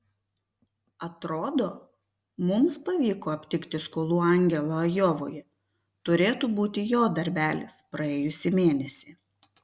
atrodo mums pavyko aptikti skolų angelą ajovoje turėtų būti jo darbelis praėjusį mėnesį